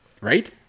Right